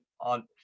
on